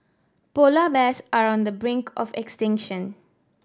polar bears are on the brink of extinction